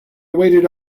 waited